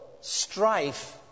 strife